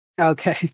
Okay